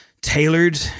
tailored